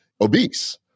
obese